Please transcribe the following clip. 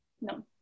no